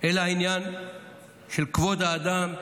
אלא עניין של כבוד האדם ושוויון.